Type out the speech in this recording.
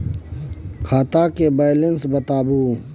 खाता के बैलेंस बताबू?